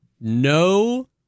No